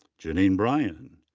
jennine bryan.